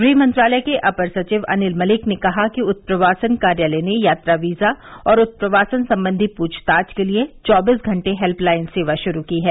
गृह मंत्रालय के अपर सचिव अनिल मलिक ने कहा कि उत्प्रवासन कार्यालय ने यात्रा वीजा और उत्प्रवासन संबंधी पूछताछ के लिए चौबीस घंटे हेल्पलाइन सेवा शुरू की है